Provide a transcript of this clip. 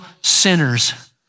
sinners